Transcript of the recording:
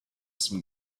some